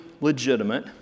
legitimate